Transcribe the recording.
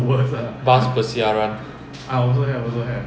right but when malaysia bus come in ah